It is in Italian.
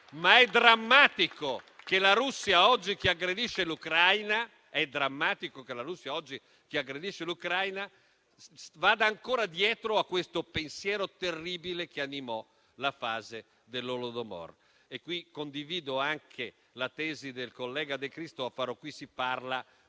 ma è drammatico che la Russia che oggi aggredisce l'Ucraina vada ancora dietro a questo pensiero terribile che animò la fase dell'Holodomor. In questo senso condivido anche la tesi del collega De Cristofaro: si parla